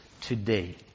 today